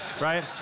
right